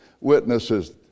witnesses